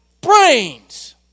brains